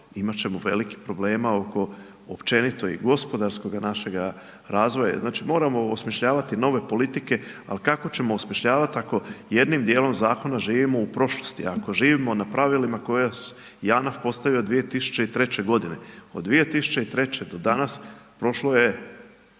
imat ćemo velikih problema oko općenito i gospodarskoga našega razvoja, znači moramo osmišljavati nove politike, ali kako ćemo osmišljavati ako jednim dijelom Zakona živimo u prošlosti, ako živimo na pravilima koja je JANAF postavio 2003. godine? Od 2003. do danas, prošlo je